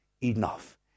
enough